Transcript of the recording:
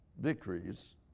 victories